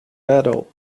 battle